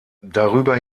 darüber